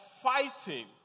fighting